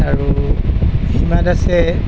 আৰু হিমা দাসে